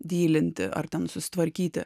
dylinti ar ten susitvarkyti